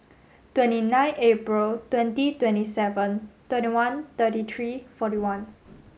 twenty nine April twenty twenty seven twenty one thirty three forty one